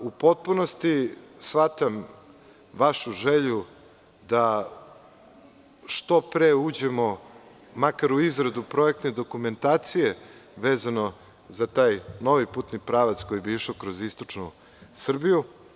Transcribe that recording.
U potpunosti shvatam vašu želju da što pre uđemo makar u izradu projektne dokumentacije vezano za taj novi putni pravac koji bi išao kroz istočnu Srbiju.